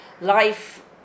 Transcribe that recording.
life